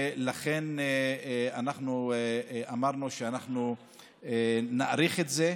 לכן אמרנו שאנחנו נאריך את זה.